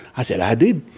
i said, i did!